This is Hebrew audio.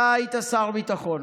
אתה היית שר ביטחון.